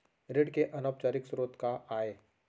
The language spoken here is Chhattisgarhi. ऋण के अनौपचारिक स्रोत का आय?